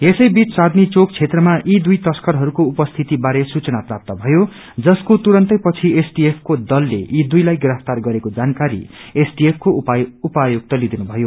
यसैबीच चान्दनी चौक क्षेत्रमा यी दुई तस्करहरूको उपस्थिति बारे सुचना प्राप्त भयो जसको तुरून्तै पछि एसटिएफ को दलले यी दुइलाई गिरफ्तार गरेको जानकारी एसटिएफको उपायुक्तले दिनुभयो